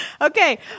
Okay